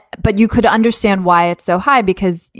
but you could understand why it's so high because,